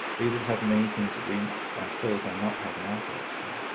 these will have many things that we ourselves may not have in our collection.